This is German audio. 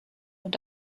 und